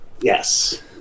Yes